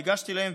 ניגשתי אליהם,